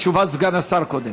תשובת סגן השר קודם.